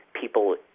people